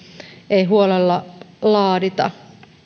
ei huolella laadita